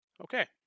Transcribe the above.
Okay